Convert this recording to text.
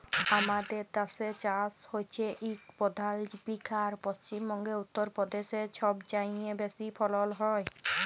আমাদের দ্যাসে চাষ হছে ইক পধাল জীবিকা আর পশ্চিম বঙ্গে, উত্তর পদেশে ছবচাঁয়ে বেশি ফলল হ্যয়